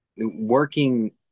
working